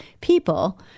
people